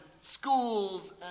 schools